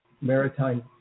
maritime